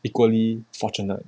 equally fortunate